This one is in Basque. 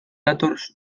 datoz